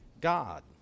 God